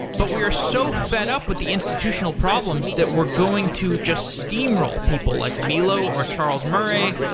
but we are so fed up with the institutional problems that were going to just steamroll people, like milo, or charles murray,